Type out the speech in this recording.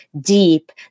deep